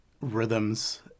rhythms